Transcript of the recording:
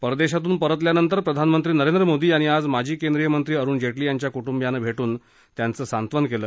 परदेशातून परतल्यानंतर प्रधानमंत्री नरेंद्र मोदी यांनी आज माजी केंद्रीय मंत्री अरुण जेटली यांच्या कुटुंबीयांना भेटून त्यांचं सांत्वन केलं